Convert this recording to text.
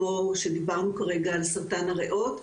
כמו שדיברנו כרגע על סרטן הריאות.